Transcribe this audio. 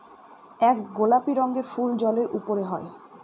এক গোলাপি রঙের ফুল জলের উপরে হয়